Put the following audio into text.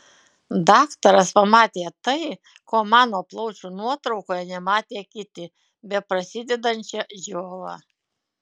daktaras pamatė tai ko mano plaučių nuotraukoje nematė kiti beprasidedančią džiovą